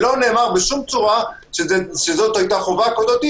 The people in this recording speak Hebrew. ולא נאמר בשום צורה שהיתה חובה כזו.